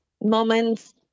moments